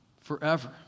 forever